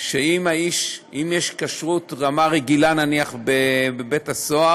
שאם יש כשרות ברמה רגילה, נניח, בבית-הסוהר,